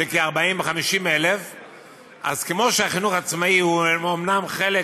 ב-40,000 50,000. אז כמו שהחינוך העצמאי הוא אומנם חלק